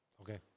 okay